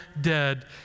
dead